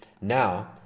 Now